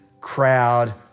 crowd